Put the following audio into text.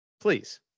Please